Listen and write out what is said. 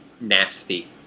nasty